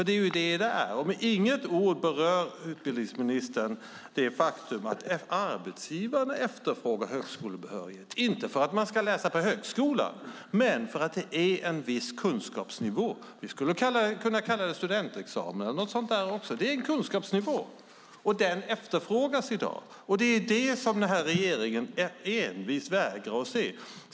Det är vad det är. Med inget ord berör utbildningsministern det faktum att arbetsgivarna efterfrågar högskolebehörighet. Det gör de inte för att eleverna ska läsa på högskolan utan för att det är en viss kunskapsnivå. Vi skulle kunna kalla det studentexamen eller någonting sådant. Det är en kunskapsnivå. Den efterfrågas i dag. Det är vad regeringen envist vägrar att se.